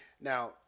Now